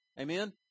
Amen